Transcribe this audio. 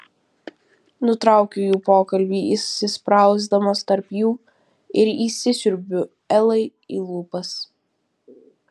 nutraukiu jų pokalbį įsisprausdamas tarp jų ir įsisiurbiu elai į lūpas